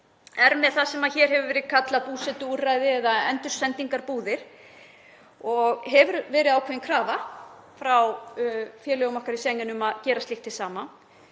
eru með það sem hér hefur verið kallað búsetuúrræði eða endursendingarbúðir og hefur verið ákveðin krafa frá félögum okkar í Schengen um að gera slíkt hið sama.